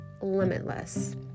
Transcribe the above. limitless